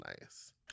nice